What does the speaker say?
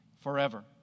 forever